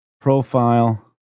profile